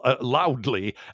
loudly